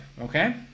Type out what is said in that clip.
okay